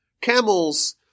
camels